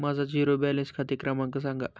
माझा zero balance खाते क्रमांक सांगा